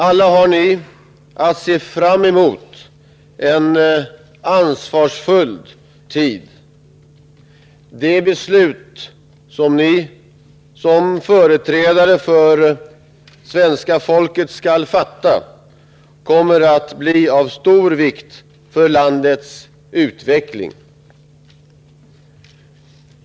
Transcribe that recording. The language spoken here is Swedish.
Alla har ni att se fram emot en ansvarsfull tid. De beslut som ni som företrädare för svenska folket skall fatta kommer att bli av stor vikt för landets utveckling.